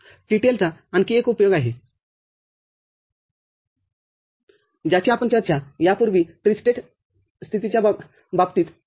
TTL चा आणखी एक उपयोग आहे ज्याची आपण चर्चा यापूर्वी ट्रिस्टेटस्थितीच्या बाबतीत केली आहे